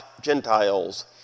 Gentiles